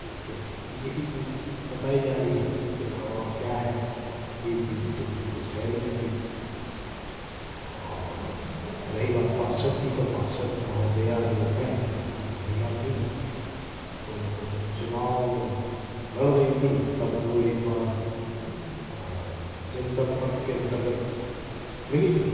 उसके यही चीज़ बताई जा रही है इसके अलावा और क्या है यह चीज़ तो कुछ है नहीं ऐसी और रही बात पार्षद की तो पार्षद महोदया जो है महिला थी तो वह जब चुनाव लड़ रहीं थीं तब वह एक बार जनसंपर्क के अंतर्गत मिली थी